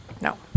No